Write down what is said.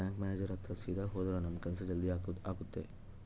bank manager ಹತ್ರ ಸೀದಾ ಹೋದ್ರ ನಮ್ ಕೆಲ್ಸ ಜಲ್ದಿ ಆಗುತ್ತೆ